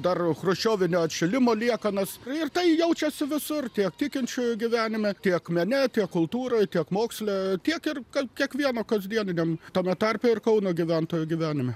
dar chruščiovio atšilimo liekanas ir tai jaučiasi visur tiek tikinčiųjų gyvenime tiek mene tiek kultūroje tiek moksle tiek ir kad kiekvieno kasdieniam tame tarpe ir kauno gyventojų gyvenime